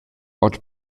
ord